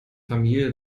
familie